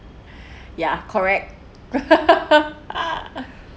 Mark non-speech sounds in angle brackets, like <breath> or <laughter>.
<breath> ya correct <laughs>